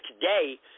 today